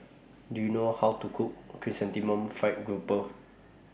Do YOU know How to Cook Chrysanthemum Fried Grouper